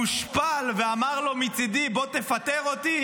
מושפל, ואמר לו: מצידי, בוא תפטר אותי.